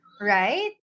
right